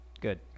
Good